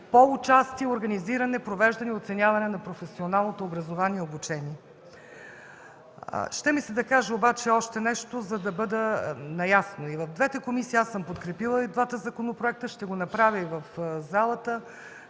по участие, организиране, провеждане и оценяване на професионалното образование и обучение. Ще ми се да кажа обаче още нещо, за да бъдем наясно. И в двете комисии съм подкрепила и двата законопроекта, ще го направя и в залата.